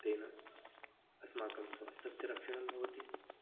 तेन अस्माकं स्वास्थ्यस्य रक्षणं भवति